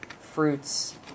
fruits